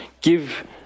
give